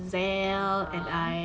(uh huh)